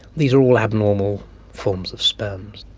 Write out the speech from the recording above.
these are all abnormal forms of sperms.